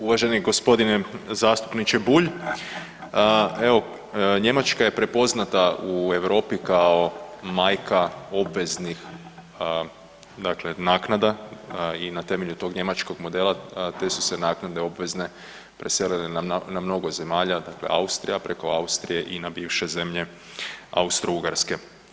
Uvaženi g. zastupniče Bulj, evo Njemačka je prepoznata u Europi kao majka obveznih dakle naknada i na temelju tog njemačkog modela te su se naknade obvezne preselile na mnogo zemalja, dakle Austrija, preko Austrije i na bivše zemlje Austro-Ugarske.